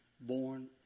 born